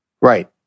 Right